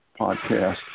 Podcast